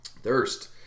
thirst